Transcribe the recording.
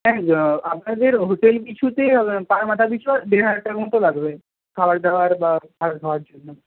হ্যাঁ আপনাদের হোটেল পিছুতে পার মাথা পিছু আর দেড় হাজার টাকা মতো লাগবে খাবার দাবার বা থাকা খাওয়ার জন্য